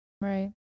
Right